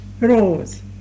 rose